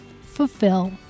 Fulfill